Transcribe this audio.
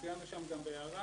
ציינו שם גם בהערה